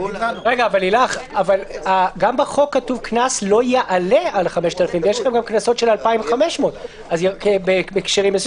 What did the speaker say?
גם בחוק כתוב: קנס לא יעלה על 5,000. יש קנסות של 2,500 בהקשרים מסוימים.